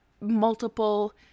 multiple